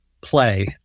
play